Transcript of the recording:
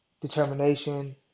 determination